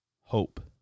hope